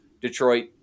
Detroit